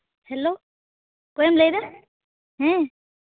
hello ᱚᱠᱚᱭᱮᱢ ᱞᱟᱹᱭ ᱮᱫᱟ ᱦᱮᱸ